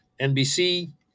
NBC